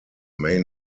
may